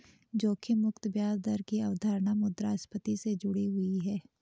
जोखिम मुक्त ब्याज दर की अवधारणा मुद्रास्फति से जुड़ी हुई है